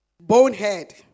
Bonehead